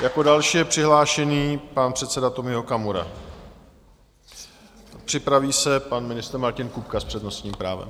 Jako další je přihlášený pan předseda Tomio Okamura, připraví se pan ministr Martin Kupka s přednostním právem.